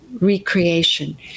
recreation